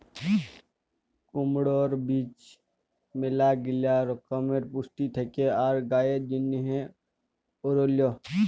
কুমড়র বীজে ম্যালাগিলা রকমের পুষ্টি থেক্যে আর গায়ের জন্হে এঔরল